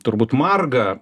turbūt margą